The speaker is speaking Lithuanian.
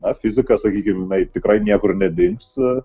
na fizika sakykim na ji tikrai niekur nedings